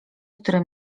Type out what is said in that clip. który